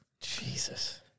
Jesus